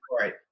Right